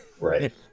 right